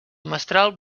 mestral